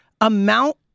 amount